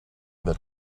that